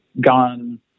gone